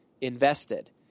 invested